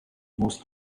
most